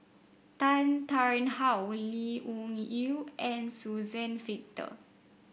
Tan Tarn How Lee Wung Yew and Suzann Victor